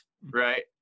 Right